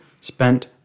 spent